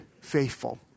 faithful